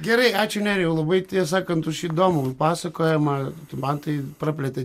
gerai ačiū nerijau labai ties sakant už įdomų pasakojimą man tai praplėtė